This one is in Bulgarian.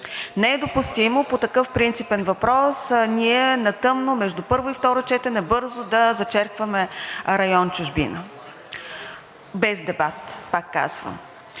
Не е допустимо по такъв принципен въпрос ние на тъмно между първо и второ четене бързо да зачеркваме район „Чужбина“ без дебат, пак казвам.